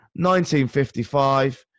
1955